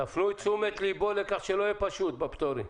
תפנו את תשומת לבו לכך שלא יהיה פשוט עם הפטורים.